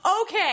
okay